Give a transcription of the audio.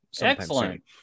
Excellent